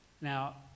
Now